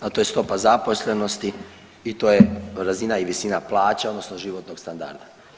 A to stopa zaposlenosti i to je razina i visina plaća odnosno životnog standarda.